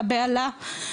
הבהלה,